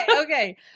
Okay